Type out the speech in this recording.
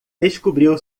descobriu